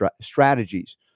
strategies